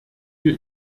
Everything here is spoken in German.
wir